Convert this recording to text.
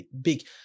big